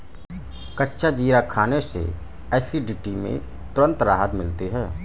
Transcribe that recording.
कच्चा जीरा खाने से एसिडिटी में तुरंत राहत मिलती है